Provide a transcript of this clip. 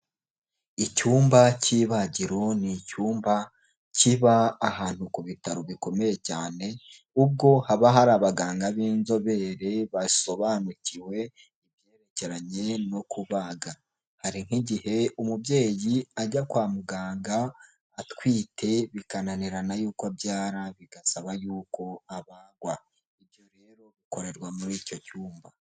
Icyumba cy'ibagiro, ni icyumba kiba ahantu ku bitaro bikomeye cyane, kuko haba hari abaganga b'inzobere basobanukiwe ibyerekeranye no kubaga, hari nk'igihe umubyeyi ajya kwa muganga atwite bikananirana y'uko abyara bigasaba y'uko abagwa, ibyo rero bikorerwa muri icyo cyumba.